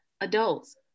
adults